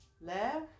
left